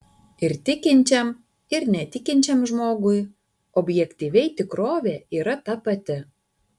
ir tikinčiam ir netikinčiam žmogui objektyviai tikrovė yra ta pati